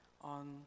on